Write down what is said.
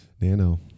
Nano